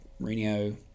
Mourinho